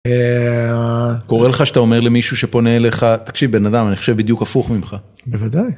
קורא לך שאתה אומר למישהו שפונה לך תקשיב בן אדם אני חושב בדיוק הפוך ממך.